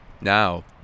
Now